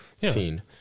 scene